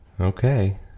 okay